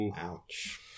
Ouch